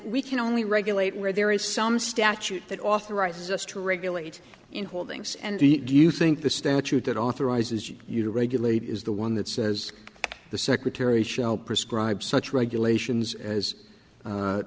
we can only regulate where there is some statute that authorizes us to regulate in holdings and do you think the statute that authorizes you you to regulate is the one that says the secretary shall prescribe such regulations as